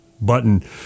button